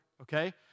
okay